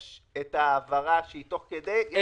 יש את ההעברה שהיא תוך כדי ויש את הדיווח של התוכנית המפורטת.